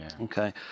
Okay